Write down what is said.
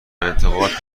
انتقاد